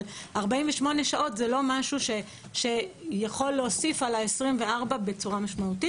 אבל 48 שעות זה לא משהו שיכול להוסיף על ה-24 בצורה משמעותית.